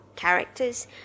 characters